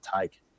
take